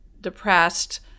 depressed